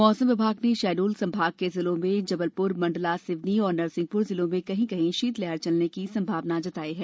मौसम विभाग ने शहडोल संभाग के जिलों में जबलपुरमंडला सिवनी और नरसिंहपुर जिलों में कहीं कहीं शीत लहर चलने की संभावना जताई है